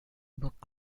book